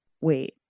wait